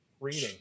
reading